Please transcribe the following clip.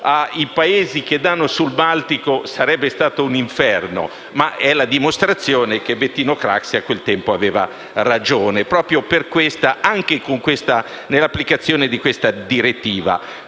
ai Paesi che affacciano sul Baltico, sarebbe stato un inferno, ma è la dimostrazione che Bettino Craxi a quel tempo aveva ragione anche nell'applicazione di questa direttiva.